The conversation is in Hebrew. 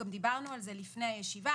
גם דיברנו על זה לפני הישיבה,